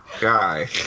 guy